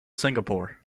singapore